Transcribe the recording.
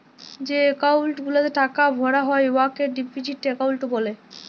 যে একাউল্ট গুলাতে টাকা ভরা হ্যয় উয়াকে ডিপজিট একাউল্ট ব্যলে